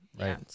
right